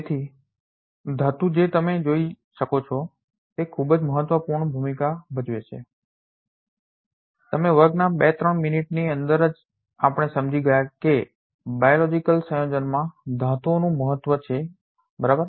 તેથી ધાતુ જે તમે જોઈ શકો છો તે ખૂબ જ મહત્વપૂર્ણ ભૂમિકા ભજવે છે તે વર્ગના 2 3 મિનિટની અંદર જ આપણે સમજી ગયા કે બાયોલોજીકલ biological જૈવિક સુયોજનમાં ધાતુઓનું મહત્વ છે બરાબર